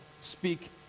speak